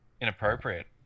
Inappropriate